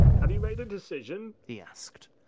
have you made a decision? he asked.